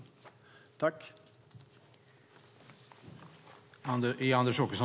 I detta anförande instämde Lotta Finstorp, Gunnar Hedberg, Edward Riedl och Eliza Roszkowska Öberg samt Lars Tysklind .